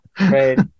Right